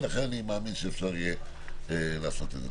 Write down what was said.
ולכן אני מאמין שאפשר יהיה לעשות את זה.